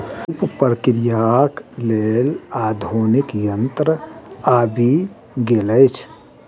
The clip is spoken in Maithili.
सूप प्रक्रियाक लेल आधुनिक यंत्र आबि गेल अछि